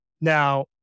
Now